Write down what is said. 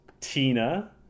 Tina